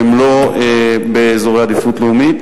שהן לא באזורי עדיפות לאומית,